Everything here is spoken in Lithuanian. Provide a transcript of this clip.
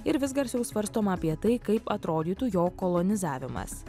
ir vis garsiau svarstoma apie tai kaip atrodytų jo kolonizavimas